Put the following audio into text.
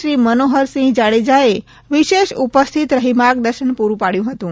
શ્રી મનોહરસિંહ જાડેજા એ વિશેષ ઉપસ્થિત રહી માર્ગદર્શન પૂરૂં પાડયું હતું